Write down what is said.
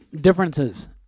differences